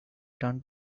turned